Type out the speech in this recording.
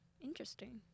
interesting